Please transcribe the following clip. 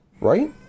Right